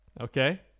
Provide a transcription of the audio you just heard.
Okay